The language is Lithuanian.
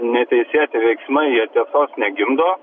neteisėti veiksmai jie tiesos negimdo